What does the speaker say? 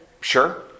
Sure